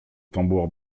tambours